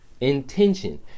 Intention